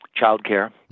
childcare